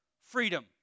freedom